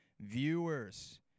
viewers